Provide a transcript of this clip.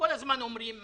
כל הזמן אומרים "מלאכים"